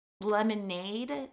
Lemonade